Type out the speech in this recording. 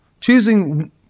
choosing